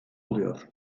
oluyor